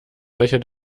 welcher